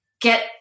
get